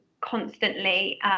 constantly